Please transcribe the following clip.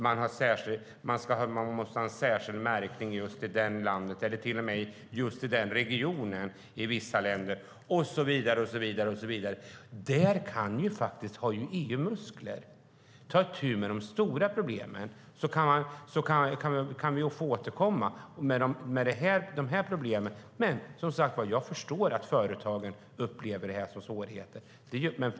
Man måste ha en särskild märkning i just det landet, eller till och med inom just den regionen, i vissa länder, och så vidare. Där har ju faktiskt EU muskler. Ta itu med de stora problemen, så kan vi återkomma med dessa problem! Som sagt, jag förstår att företagen upplever detta som svårigheter.